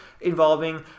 involving